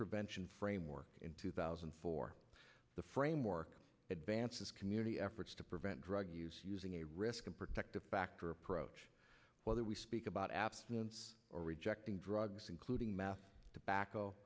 prevention framework in two thousand and four the framework advances community efforts to prevent drug use using a risk protective factor approach whether we speak about abstinence or rejecting drugs including math tobacco